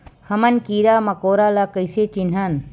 हमन कीरा मकोरा ला कइसे चिन्हन?